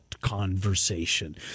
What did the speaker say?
conversation